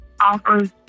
offers